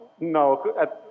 No